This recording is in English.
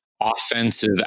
offensive